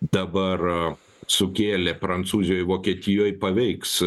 dabar sukėlė prancūzijoj vokietijoj paveiks